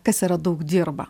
kas yra daug dirba